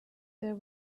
there